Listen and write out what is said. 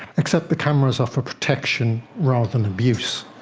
except the cameras are for protection rather than abuse.